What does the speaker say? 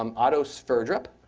um otto sverdrup.